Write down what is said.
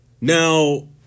Now